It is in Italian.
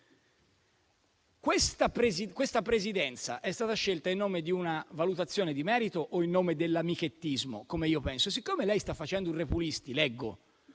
questa presidenza è stata scelta in nome di una valutazione di merito o in nome dell'amichettismo, come io penso? Siccome lei sta facendo un *repulisti* (leggo)